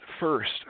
First